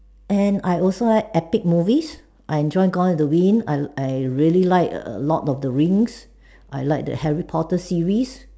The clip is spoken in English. and I also like epic movies I enjoy gone with the winds I I really like err Lord of the rings I like the Harry Potter series